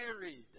married